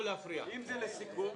אם זה לסיכום,